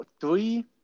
three